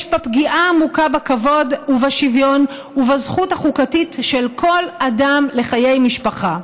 יש בה פגיעה עמוקה בכבוד ובשוויון ובזכות החוקתית של כל אדם לחיי משפחה.